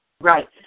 Right